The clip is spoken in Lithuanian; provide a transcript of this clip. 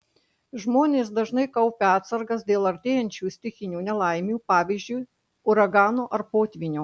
žmonės dažnai kaupia atsargas dėl artėjančių stichinių nelaimių pavyzdžiui uragano ar potvynio